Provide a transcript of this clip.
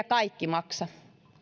kaikki maksa